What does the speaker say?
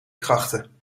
krachten